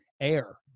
air